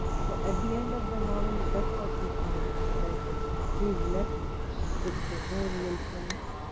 so, at the end of the novel that is what we find that ah he is left with no real friends.